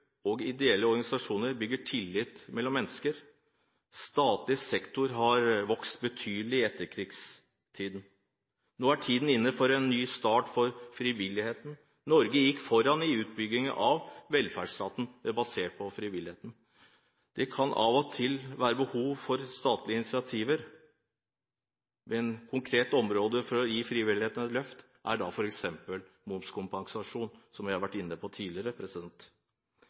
og ideelle organisasjoner bygger tillit mellom mennesker. Statlig sektor har vokst betydelig i etterkrigstiden. Nå er tiden inne for en ny start for frivilligheten. Norge gikk foran i utbyggingen av velferdsstaten, basert på frivillighet. Det kan av og til være behov for statlige initiativer på konkrete områder for å gi frivilligheten et løft, f.eks. momskompensasjon, som jeg har vært inne på tidligere.